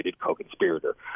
co-conspirator